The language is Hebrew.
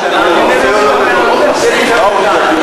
אחרי המשפט,